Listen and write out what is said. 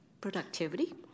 productivity